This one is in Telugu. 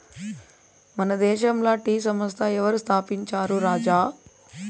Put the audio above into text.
మన దేశంల టీ సంస్థ ఎవరు స్థాపించారు రాజా